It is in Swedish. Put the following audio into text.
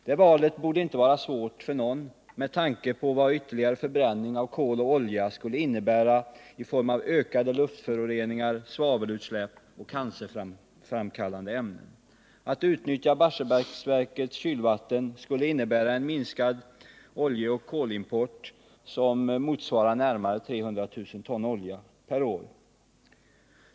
Det valet borde inte vara svårt för någon med tanke på vad ytterligare förbränning av kol och olja skulle innebära i form av ökade luftföroreningar, svavelutsläpp och cancerframkallande ämnen. Att utnyttja Barsebäcksverkets kylvatten skulle innebära en minskning av oljeoch kolimporten motsvarande närmare 300000 ton olja per år.